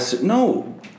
no